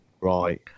Right